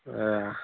এৰা